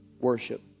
worship